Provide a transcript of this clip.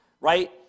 right